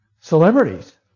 celebrities